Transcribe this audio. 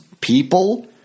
people